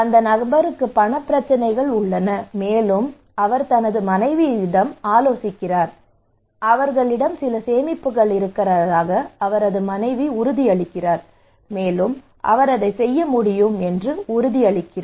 இந்த நபருக்கும் பணப் பிரச்சினைகள் உள்ளன மேலும் அவர் தனது மனைவியிடம் ஆலோசிக்கிறார் அவர்களிடம் சில சேமிப்புகள் இருப்பதாக அவரது மனைவி உறுதியளிக்கிறார் மேலும் அவர் அதைச் செய்ய முடியும் என்று உறுதியளிக்கிறார்